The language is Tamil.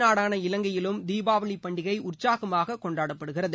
நாடான இலங்கையிலும் தீபாவளி பண்டிகை அண்டை உற்சாகமாக கொண்டாடப்படுகிறது